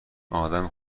آدم